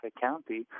County